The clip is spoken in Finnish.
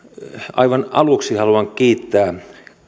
aivan aluksi haluan kiittää